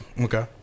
Okay